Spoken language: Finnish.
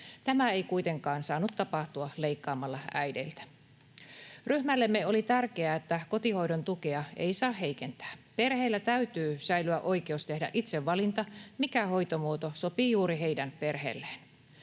Tämä ei kuitenkaan saanut tapahtua leikkaamalla äideiltä. Ryhmällemme oli tärkeää, että kotihoidon tukea ei saa heikentää. Perheillä täytyy säilyä oikeus tehdä itse valinta, mikä hoitomuoto sopii juuri heidän perheelleen.